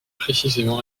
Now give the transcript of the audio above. précisément